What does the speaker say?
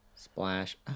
Splash